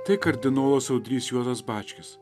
tai kardinolas audrys juozas bačkis